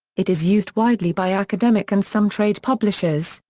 it is used widely by academic and some trade publishers,